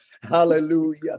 hallelujah